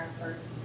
first